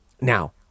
Now